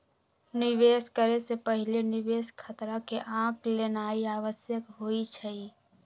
निवेश करे से पहिले निवेश खतरा के आँक लेनाइ आवश्यक होइ छइ